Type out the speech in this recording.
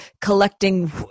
collecting